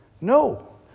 No